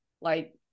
like-